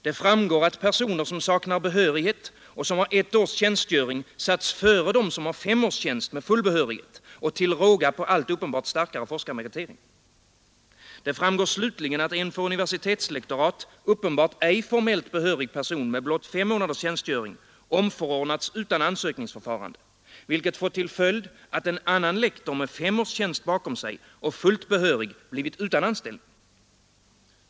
Det framgår, att personer som saknar behörighet och som har ett års tjänstgöring satts före dem som har fem års tjänst och full behörighet och till råga på allt uppenbart starkare forskarmeritering. Det framgår slutligen, att en för universitetslektorat uppenbart ej formellt behörig person med blott fem månaders tjänstgöring omförordnats utan ansökningsförfarande, vilket fått till följd att en annan lektor med fem års tjänst bakom sig och fullt behörig blivit utan anställning.